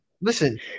Listen